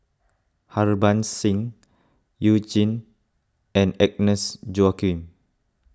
Harbans Singh You Jin and Agnes Joaquim